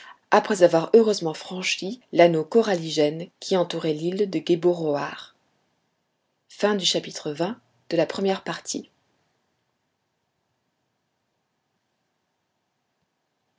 après avoir heureusement franchi l'anneau coralligène qui entourait l'île de gueboroar